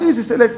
על איזו סלקציה?